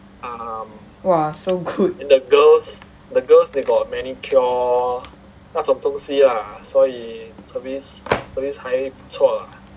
!wah! so good